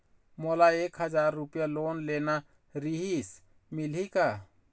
मोला एक हजार रुपया लोन लेना रीहिस, मिलही का?